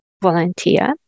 volunteer